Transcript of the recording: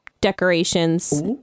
decorations